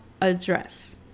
address